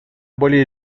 более